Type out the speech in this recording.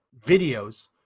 videos